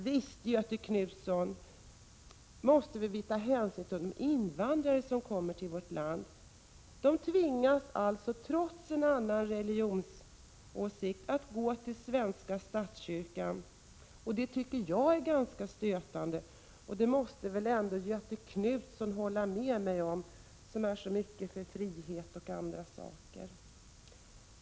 Visst måste vi ta hänsyn till de invandrare som kommer till vårt land, Göthe Knutson. De tvingas alltså, trots en annan religionsåsikt, att gå till svenska statskyrkan, och det tycker jag är ganska stötande. Det måste väl ändå Göthe Knutson, som är så mycket för frihet och andra saker, hålla med mig om.